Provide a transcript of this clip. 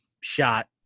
shot